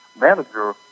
manager